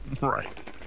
right